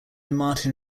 martin